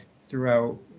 throughout